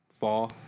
Fall